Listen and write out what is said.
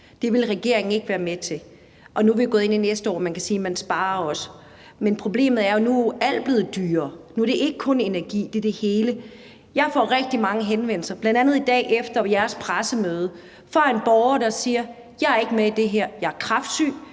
Det ville regeringen ikke være med til. Nu er vi gået ind i det næste år, og man kan sige, at man også sparer. Men problemet er jo, at nu er alt blevet dyrere. Nu er det ikke kun energi; det er det hele. Jeg får rigtig mange henvendelser, bl.a. i dag efter jeres pressemøde fra en borger, der siger: Jeg er ikke med i det her; jeg er kræftsyg,